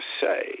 say